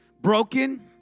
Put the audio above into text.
broken